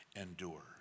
endure